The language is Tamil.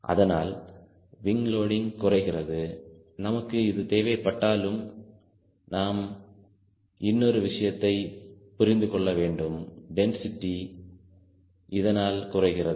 அதனால் விங் லோடிங் குறைகிறது நமக்கு இது தேவைப்பட்டாலும் நாம் இன்னொரு விஷயத்தை புரிந்து கொள்ள வேண்டும் டென்சிட்டி இதனால் குறைகிறது